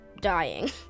dying